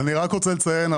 אני רק רוצה לציין,